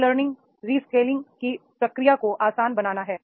री learning re scaling की प्रक्रिया को आसान बनाना है